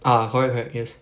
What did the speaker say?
ah correct correct yes